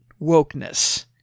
wokeness